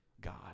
God